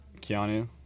Keanu